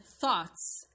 thoughts